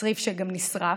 צריף שגם נשרף,